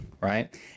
right